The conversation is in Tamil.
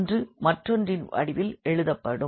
ஒன்று மற்றொன்றின் வடிவில் எழுதப்படும்